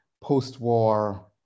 post-war